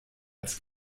als